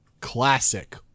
classic